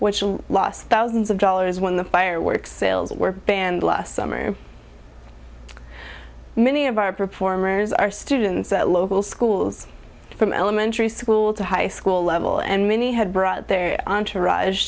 will last thousands of dollars when the fireworks sales were banned last summer many of our performers are students at local schools from elementary school to high school level and many had brought their entourage